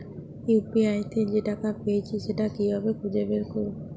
UPI তে যে টাকা পেয়েছি সেটা কিভাবে খুঁজে বের করবো?